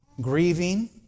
grieving